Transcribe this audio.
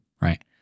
right